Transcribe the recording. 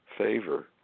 favor